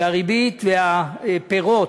ו"הריבית והפירות",